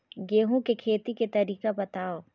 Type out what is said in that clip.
गेहूं के खेती के तरीका बताव?